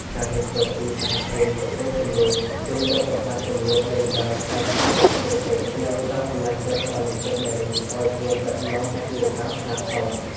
ការរៀនសូត្រពី "សហគ្រិនស្ត្រីគំរូ" ជួយលុបបំបាត់គម្លាតយេនឌ័រក្នុងពិភពធុរកិច្ច និងផ្ដល់កម្លាំងចិត្តដល់និស្សិតនារីឱ្យហ៊ានដឹកនាំអាជីវកម្មខ្នាតធំ។